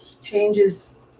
changes